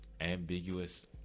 Ambiguous